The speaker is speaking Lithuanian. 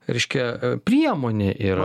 reiškia priemonė yra